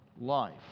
life